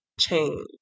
change